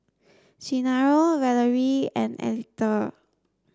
Genaro Valerie and Alethea